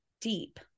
deep